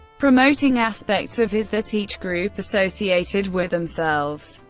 promoting aspects of his that each group associated with themselves.